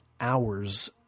hours